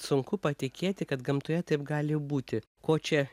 sunku patikėti kad gamtoje taip gali būti ko čia